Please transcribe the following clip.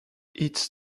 its